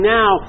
now